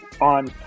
on